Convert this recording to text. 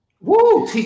Woo